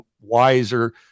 wiser